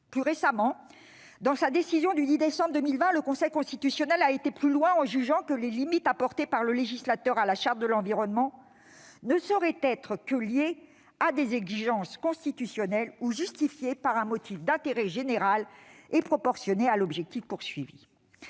juridique. Dans une décision du 10 décembre 2020, le Conseil Constitutionnel a été plus loin en jugeant que les limites apportées par le législateur à la Charte de l'environnement « ne sauraient être que liées à des exigences constitutionnelles ou justifiées par un motif d'intérêt général et proportionnées à l'objectif poursuivi